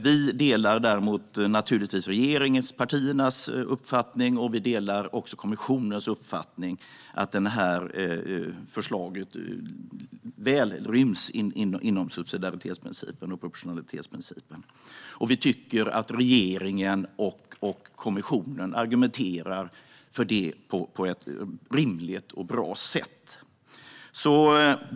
Vi delar däremot regeringspartiernas uppfattning, och vi delar också kommissionens uppfattning att förslaget väl ryms inom subsidiaritetsprincipen och proportionalitetsprincipen. Vi tycker att regeringen och kommissionen argumenterar för detta på ett rimligt och bra sätt.